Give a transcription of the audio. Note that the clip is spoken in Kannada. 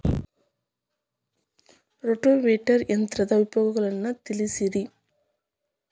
ರೋಟೋವೇಟರ್ ಯಂತ್ರದ ಉಪಯೋಗಗಳನ್ನ ತಿಳಿಸಿರಿ